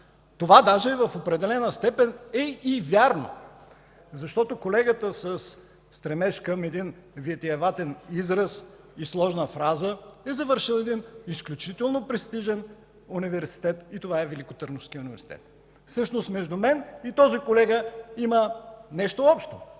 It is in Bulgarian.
Това даже в определена степен е и вярно, защото колегата със стремеж към един витиеват израз и сложна фраза е завършил един изключително престижен университет и това е Великотърновският университет. Всъщност между мен и този колега има нещо общо